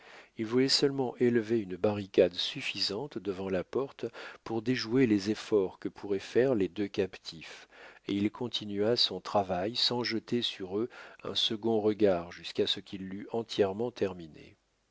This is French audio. il voulait seulement élever une barricade suffisante devant la porte pour déjouer les efforts que pourraient faire les deux captifs et il continua son travail sans jeter sur eux un second regard jusqu'à ce qu'il l'eût entièrement terminé